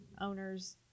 owners